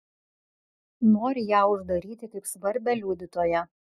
nori ją uždaryti kaip svarbią liudytoją